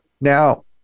Now